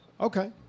Okay